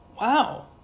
Wow